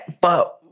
But-